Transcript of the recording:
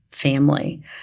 family